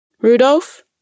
Rudolph